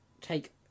take